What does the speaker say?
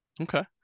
Okay